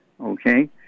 okay